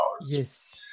Yes